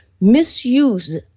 misuse